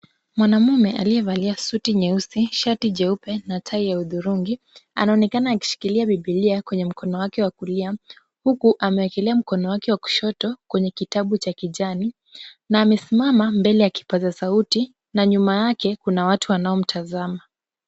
Mwanamume aliyevalia suti nyeusi, shati jeupe na tai ya udhurungi anaonekana akishikilia Biblia kwenye mkono wake wa kulia huku ameekelea mkono wake wa kushoto kwenye kitabu cha kijani na amesimama mbele ya kipaza sauti na nyuma yake kuna watu wanaomtazama.